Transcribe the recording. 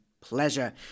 pleasure